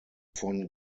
von